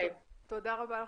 תודה רבה גבירתי.